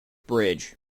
bridge